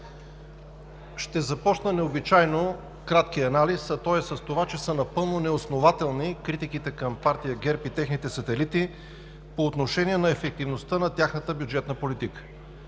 Ще започна необичайно краткия анализ с това, че са напълно неоснователни критиките към Партия ГЕРБ и техните сателити по отношение на ефективността на тяхната бюджетна политика.